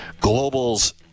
Global's